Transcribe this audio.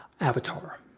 avatar